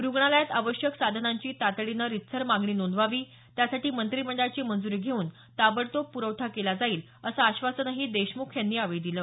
रुग्णालयात आवश्यक साधनांची तातडीने रीतसर मागणी नोंदवावी त्यासाठी मंत्रिमंडळाची मंज्री घेऊन ताबडतोब प्रवठा केला जाईल असं आश्वासनही अमित देशमुख यांनी यावेळी दिलं